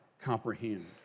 comprehend